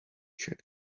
check